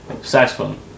Saxophone